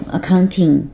Accounting